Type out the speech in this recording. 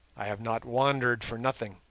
i have not wandered for nothing.